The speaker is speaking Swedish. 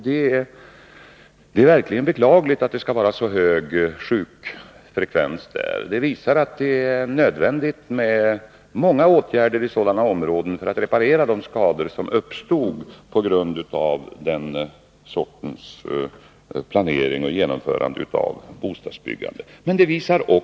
Det är verkligen beklagligt att det skall vara så hög sjukfrekvens där. Det visar att det är nödvändigt med många åtgärder i sådana områden för att reparera de skador som uppstått på grund av den sorts planering och genomförande av bostadsbyggande som tillämpades då.